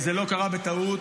זה לא קרה בטעות.